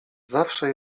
zawsze